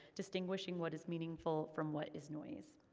distinguishing what is meaningful from what is noise.